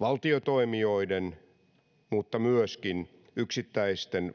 valtiotoimijoiden mutta myöskin vaikkapa yksittäisten